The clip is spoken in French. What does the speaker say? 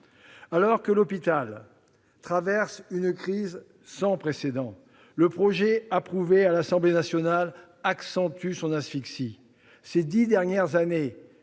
Alors que l'hôpital traverse une crise sans précédent, le projet approuvé à l'Assemblée nationale accentue son asphyxie : ces dix dernières années,